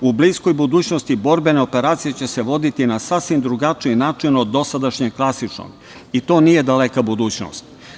U bliskoj budućnosti borbene operacije će se voditi na sasvim drugačiji način od dosadašnjeg klasičnog i to nije daleka budućnost.